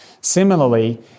Similarly